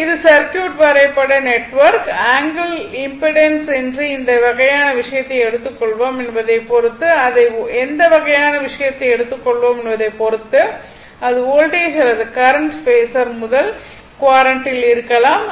இது சர்க்யூட் வரைபட network angle impedance என்று எந்த வகையான விஷயத்தை எடுத்துள்ளோம் என்பதை பொறுத்து அது வோல்டேஜ் அல்லது கரண்ட் பேஸர் முதல் க்வாட்ரண்ட்டில் இருக்கலாம்